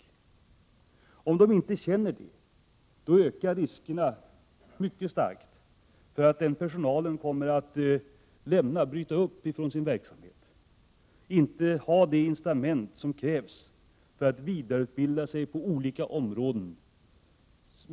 Om personalen inte känner stöd i en sådan politik ökar riskerna starkt för att personalen inte vill satsa på vidareutbildning och engagerad medverkan i säkerhetsarbetet och att den i stället väljer att bryta upp från verksamheten.